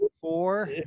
four